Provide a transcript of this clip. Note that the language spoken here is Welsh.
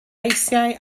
eisiau